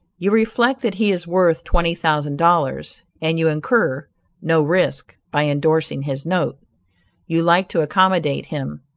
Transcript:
you reflect that he is worth twenty thousand dollars, and you incur no risk by endorsing his note you like to accommodate him,